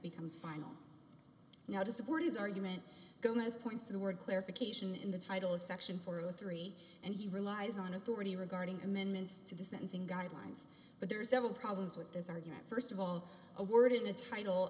becomes final now to support his argument gomez points to the word clarification in the title of section four of the three and he relies on authority regarding amendments to the sentencing guidelines but there are several problems with this argument st of all a word in the title